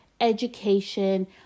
education